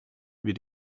wie